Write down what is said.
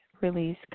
release